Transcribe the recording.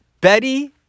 Betty